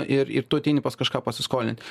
ir ir tu ateini pas kažką pasiskolint